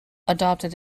adopted